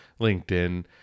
LinkedIn